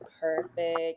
perfect